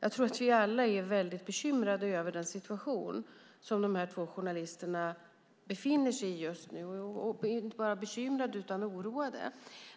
jag tror att vi alla är väldigt bekymrade över den situation som de två journalisterna befinner sig i just nu, och vi är inte bara bekymrade utan också oroade.